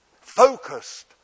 focused